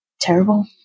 terrible